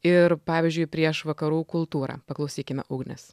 ir pavyzdžiui prieš vakarų kultūrą paklausykime ugnės